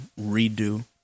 redo